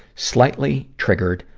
slightly triggered,